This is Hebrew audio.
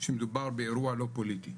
שמדובר באירוע לא פוליטי,